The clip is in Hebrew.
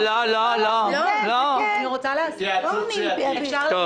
אני חושבת שחשוב פשוט שתבינו.